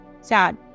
Sad